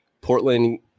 Portland